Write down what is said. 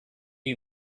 you